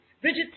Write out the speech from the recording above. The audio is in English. Bridget